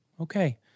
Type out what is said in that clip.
okay